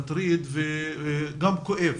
מטריד וגם כואב,